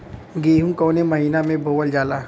गेहूँ कवने महीना में बोवल जाला?